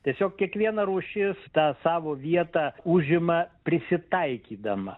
tiesiog kiekviena rūšis tą savo vietą užima prisitaikydama